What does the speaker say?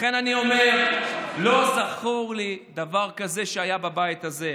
אני אומר, לא זכור לי דבר כזה שהיה בבית הזה.